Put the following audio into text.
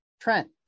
Trent